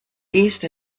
east